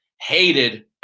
hated